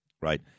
right